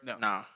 No